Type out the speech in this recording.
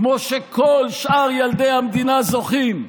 כמו שכל שאר ילדי המדינה זוכים.